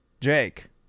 Jake